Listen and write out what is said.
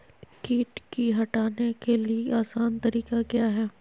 किट की हटाने के ली आसान तरीका क्या है?